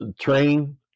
train